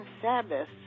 Sabbath